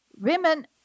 women